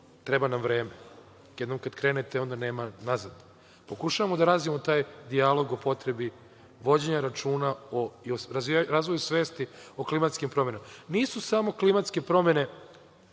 treba nam vreme. Jednom kad krenete nema nazad. Pokušavamo da razvijemo taj dijalog o potrebi vođenja računa o razvoju svesti o klimatskim promenama. Nisu samo klimatske promene